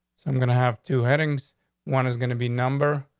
so i'm gonna have to headings one is gonna be number